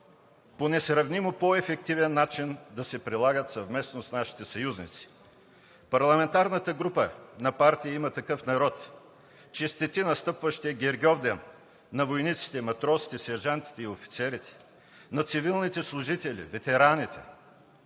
по несравнимо по-ефективен начин да се прилагат съвместно с нашите съюзници. Парламентарната група на партия „Има такъв народ“ честити настъпващия Гергьовден на войниците, матросите, сержантите и офицерите, на цивилните служители, ветераните,